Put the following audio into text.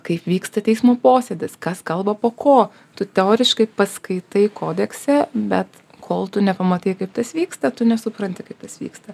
kaip vyksta teismo posėdis kas kalba po ko tu teoriškai paskaitai kodekse bet kol tu nepamatai kaip tas vyksta tu nesupranti kaip tas vyksta